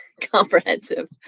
comprehensive